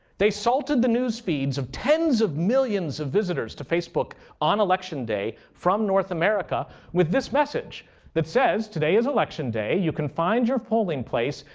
they salted the news feeds of tens of millions of visitors to facebook on election day from north america with this message that says, today is election day. you can find your polling place,